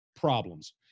problems